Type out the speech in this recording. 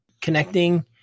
connecting